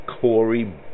Corey